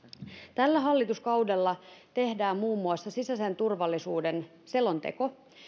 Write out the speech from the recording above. tällä hallituskaudella tehdään muun muassa sisäisen turvallisuuden selonteko